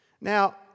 Now